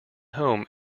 home